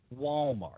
Walmart